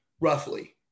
Roughly